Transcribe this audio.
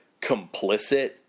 complicit